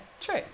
true